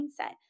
mindset